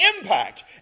impact